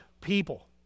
people